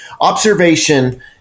Observation